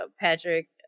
Patrick